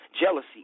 Jealousy